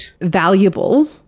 valuable